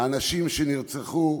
האנשים שנרצחו